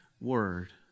word